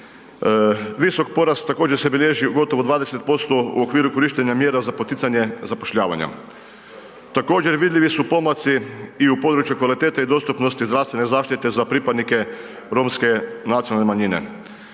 Visok porast također se bilježi u gotovo 20% u okviru korištenja mjera za poticanje zapošljavanja. Također vidljivi su pomaci i u području kvalitete i dostupnosti zdravstvene zaštite za pripadnike romske nacionalne manjine.